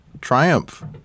triumph